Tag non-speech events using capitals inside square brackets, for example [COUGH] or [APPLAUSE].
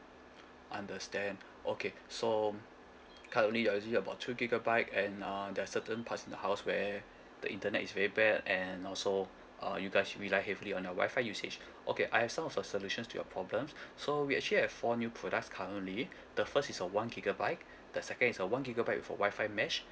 understand okay so um [NOISE] currently you are using about two gigabyte and uh there's certain parts in the house where the internet is very bad and also uh you guys rely heavily on your wi-fi usage okay I have some of a solutions to your problem so we actually have four new products currently the first is a one gigabyte the second is a one gigabyte with a wi-fi mesh